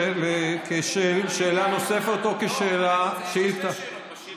מתוך הכרה בחשיבות האדירה של המאבק במחלה,